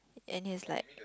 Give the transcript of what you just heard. and is like